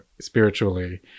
spiritually